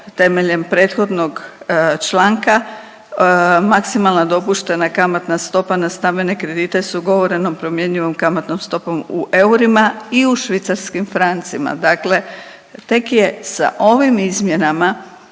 temeljem prethodnog članka maksimalna dopuštena kamatna stopa na stambene kredite s ugovorenom promjenjivom kamatnom stopom u eurima i u švicarskim francima, dakle tek je sa ovim izmjenama